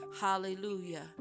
hallelujah